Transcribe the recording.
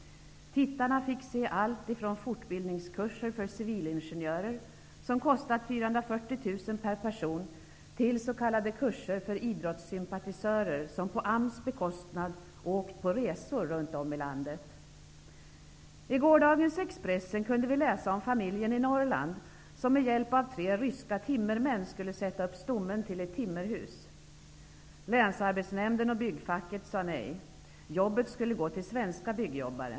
Tittarna fick se allt ifrån fortbildningskurser för civilingenjörer som kostat 440 000 kr per person till s.k. kurser för idrottssympatisörer, som på AMS bekostnad åkt på resor runt om i landet. Norrland som med hjälp av tre ryska timmermän skulle sätta upp stommen till ett timmerhus. Länsarbetsnämden och byggfacket sade nej. Jobbet skulle gå till svenska byggjobbare.